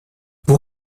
vous